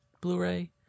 Blu-ray